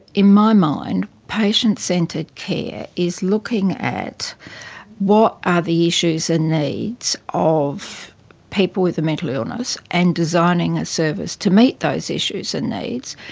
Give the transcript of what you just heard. in my mind, patient centred care is looking at what are the issues and needs of people with a mental illness and designing a service to meet those issues and needs,